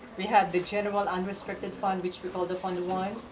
we have the general unrestricted fund which we call the fund one,